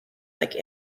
like